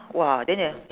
!wah! then the